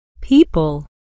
People